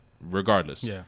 regardless